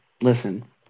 listen